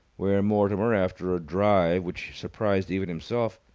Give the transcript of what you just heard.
where mortimer, after a drive which surprised even himself,